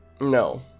No